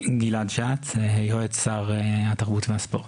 גלעד שץ, יועץ שר התרבות והספורט,